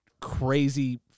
crazy